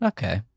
Okay